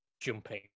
jumping